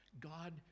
God